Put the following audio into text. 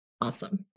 Awesome